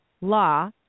law